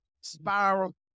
spiral